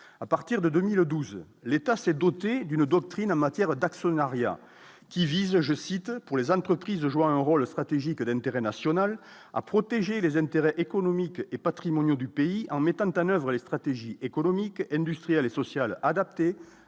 à partir de 2012, l'État s'est dotée d'une doctrine en matière d'actionnariat qui vise, je cite, pour les entreprises de jouer un rôle stratégique d'intérêt national à protéger les intérêts économiques et patrimoniaux du pays, en mettant un oeuvre les stratégies économiques, industrielles et sociales adaptées,